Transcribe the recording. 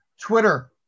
Twitter